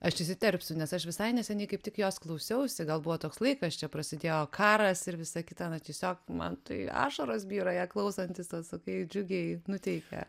aš įsiterpsiu nes aš visai neseniai kaip tik jos klausiausi gal buvo toks laikas čia prasidėjo karas ir visa kita na tiesiog man tai ašaros byra ją klausantis tu sakai džiugiai nuteikia